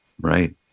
right